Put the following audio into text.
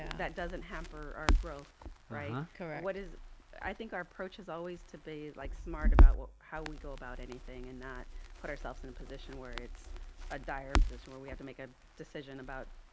that doesn't hamper our growth. right? correct. what is i think our approach is always to be like smart about what how we go about anything and not put ourselves in a position where it's ah dire position where we have to make a decision about